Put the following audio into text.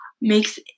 makes